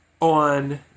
on